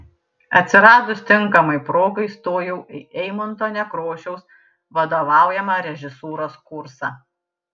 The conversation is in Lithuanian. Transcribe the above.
atsiradus tinkamai progai stojau į eimunto nekrošiaus vadovaujamą režisūros kursą